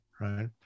right